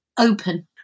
open